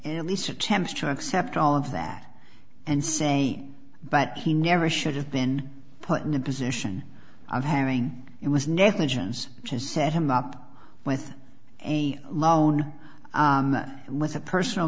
at least attempts to accept all of that and say but he never should have been put in a position of having it was negligence which is set him up with a loan with a personal